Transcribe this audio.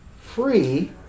free